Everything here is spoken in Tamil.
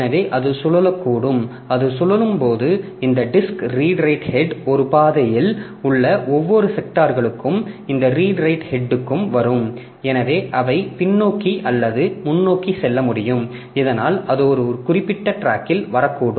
எனவே அது சுழலக்கூடும் அது சுழலும் போது இந்த டிஸ்க் ரீடு ரைட் ஹெட் ஒரு பாதையில் உள்ள ஒவ்வொரு செக்டார்களுக்கும் இந்த ரீடு ரைட் ஹெட்க்கும் வரும் எனவே அவை பின்னோக்கி அல்லது முன்னோக்கி செல்ல முடியும் இதனால் அது ஒரு குறிப்பிட்ட டிராக்கில் வரக்கூடும்